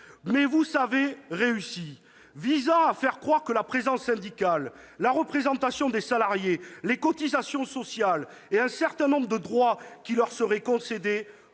Mais vous avez réussi à faire croire que la présence syndicale, la représentation des salariés, un certain nombre de droits qui leur seraient concédés